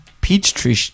Peachtree